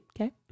Okay